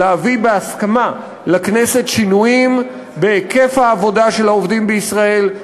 להביא לכנסת בהסכמה שינויים בהיקף העבודה של העובדים בישראל,